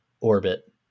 orbit